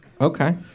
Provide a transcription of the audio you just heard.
Okay